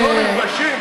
אתם לא מתביישים?